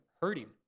hurting